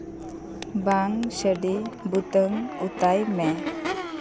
ᱵᱟᱝ ᱥᱟᱰᱮ ᱵᱩᱛᱟᱢ ᱚᱛᱟᱭ ᱢᱮ